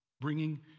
bringing